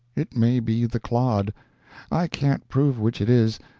it may be the clod i can't prove which it is,